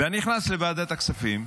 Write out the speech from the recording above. ואני נכנס לוועדת הכספים,